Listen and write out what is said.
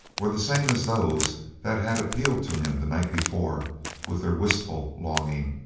were the same as those that had appealed to him the night before with their wistful longing.